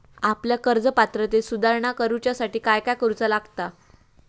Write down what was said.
आपल्या कर्ज पात्रतेत सुधारणा करुच्यासाठी काय काय करूचा लागता?